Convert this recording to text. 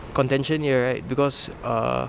contention here right because uh